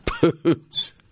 Boots